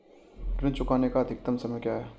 ऋण चुकाने का अधिकतम समय क्या है?